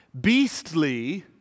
beastly